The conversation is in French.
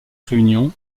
réunion